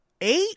eight